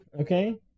okay